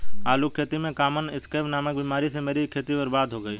आलू की खेती में कॉमन स्कैब नामक बीमारी से मेरी खेती बर्बाद हो गई